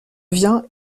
viens